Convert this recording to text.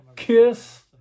Kiss